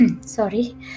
Sorry